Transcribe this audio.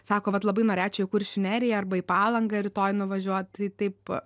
sako vat labai norėčiau į kuršių neriją arba į palangą rytoj nuvažiuot tai taip